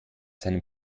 seinen